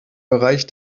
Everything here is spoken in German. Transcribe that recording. bereich